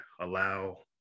allow